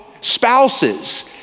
spouses